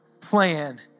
plan